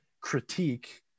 critique